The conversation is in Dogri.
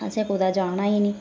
असें कुदै जाना ई नेईं